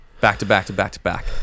back-to-back-to-back-to-back